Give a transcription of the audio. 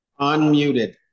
Unmuted